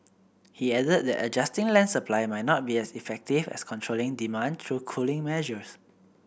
he added that adjusting land supply might not be as effective as controlling demand through cooling measures